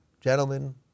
gentlemen